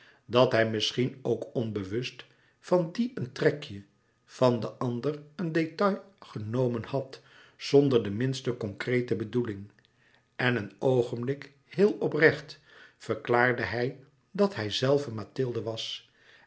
dat hij misschien ook onbewust van die een trekje van de ander een détail genomen had zonder de minste concrete bedoeling en een oogenblik heel oprecht verklaarde hij dat hijzelve mathilde was